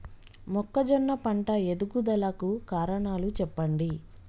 మొక్కజొన్న పంట ఎదుగుదల కు కారణాలు చెప్పండి?